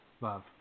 love